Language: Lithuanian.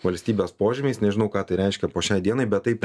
valstybės požymiais nežinau ką tai reiškia po šiai dienai bet taip